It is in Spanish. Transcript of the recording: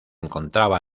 encontraba